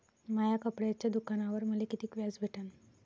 माया कपड्याच्या दुकानावर मले कितीक व्याज भेटन?